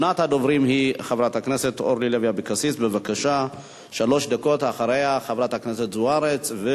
של חברת הכנסת אורלי לוי אבקסיס וחברת הכנסת אורית זוארץ.